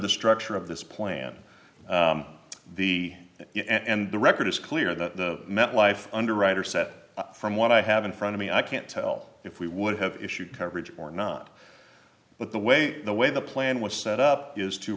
the structure of this plan b and the record is clear the met life underwriter said from what i have in front of me i can't tell if we would have issued coverage or not but the way the way the plan was set up is to